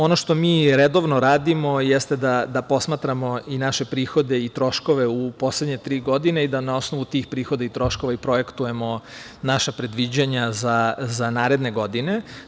Ono što mi redovno radimo jeste da posmatramo i naše prihode i troškove u poslednje tri godine i da na osnovu tih prihoda i troškova projektujemo naša predviđanja za naredne godine.